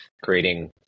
creating